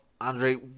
Andre